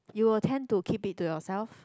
you will tend to keep it to yourself